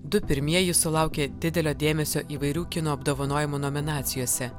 du pirmieji sulaukė didelio dėmesio įvairių kino apdovanojimų nominacijose